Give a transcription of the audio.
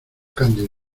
cándido